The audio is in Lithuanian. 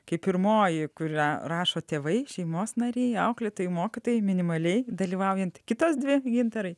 kai pirmoji kurią rašo tėvai šeimos nariai auklėtojai mokytojai minimaliai dalyvaujant kitas dvi gintarai